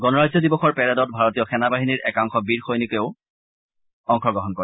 গণৰাজ্য দিৱসৰ পেৰেডত ভাৰতীয় সেনা বাহিনীৰ একাংশ প্ৰাক্তন বীৰ সৈনিকেও অংশ গ্ৰহণ কৰে